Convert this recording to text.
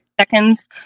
seconds